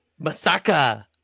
Masaka